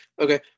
Okay